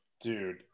Dude